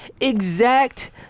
exact